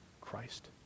Christ